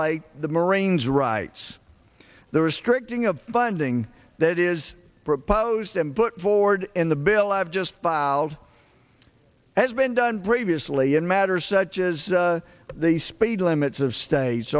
like the marines rights the restricting of funding that is proposed and put forward in the bill have just filed has been done bravia slee in matters such as the speed limits of states